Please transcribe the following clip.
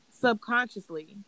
subconsciously